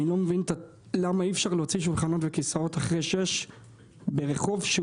אני לא מבין למה אי אפשר להוציא שולחנות וכיסאות אחרי שש ברחוב שהוא